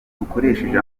ukoresheje